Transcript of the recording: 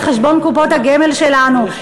על חשבון קופות הגמל שלנו,